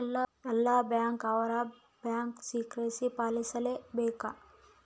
ಎಲ್ಲ ಬ್ಯಾಂಕ್ ಅವ್ರು bank secrecy ಪಾಲಿಸಲೇ ಬೇಕ